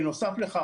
בנוסף לכך,